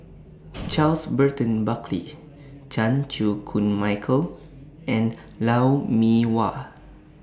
Charles Burton Buckley Chan Chew Koon Michael and Lou Mee Wah